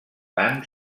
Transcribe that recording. tant